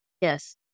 Yes